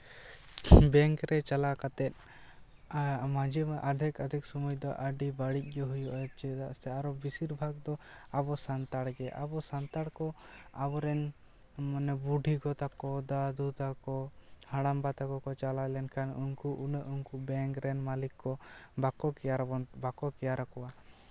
bank ᱨᱮ ᱪᱟᱞᱟᱣ ᱠᱟᱛᱮ ᱢᱟᱡᱷᱮ ᱢᱟᱡᱷᱮ ᱟᱫᱷᱮᱠ ᱟᱫᱷᱮᱠ ᱥᱚᱢᱚᱭ ᱫᱚ ᱟᱹᱰᱤ ᱵᱟᱹᱲᱤᱡ ᱜᱮ ᱦᱩᱭᱩᱜᱼᱟ ᱪᱮᱫᱟᱜ ᱥᱮ ᱟᱨᱚ ᱵᱮᱥᱤᱨ ᱵᱷᱟᱜᱽ ᱛᱚ ᱟᱵᱚ ᱥᱟᱱᱛᱟᱲ ᱜᱮ ᱟᱵᱚ ᱥᱟᱱᱛᱟᱲ ᱠᱚ ᱟᱵᱚ ᱨᱮᱱ ᱵᱩᱰᱷᱤ ᱜᱚ ᱛᱟᱠᱚ ᱫᱟᱹᱫᱩ ᱛᱟᱠᱚ ᱦᱟᱲᱟᱢᱵᱟ ᱛᱟᱠᱚ ᱠᱚ ᱪᱟᱞᱟᱣ ᱞᱮᱱᱠᱷᱟᱱ ᱩᱱᱠᱩ ᱩᱱᱟᱹᱜ ᱩᱱᱠᱩ ᱵᱮᱝᱠ ᱨᱮᱱ ᱢᱟᱹᱞᱤᱠ ᱠᱚ ᱵᱟᱠᱚ ᱠᱮᱭᱟᱨ ᱟᱵᱚᱱ ᱵᱟᱠᱚ ᱠᱮᱭᱟᱨ ᱠᱚᱣᱟ